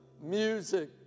music